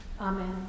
Amen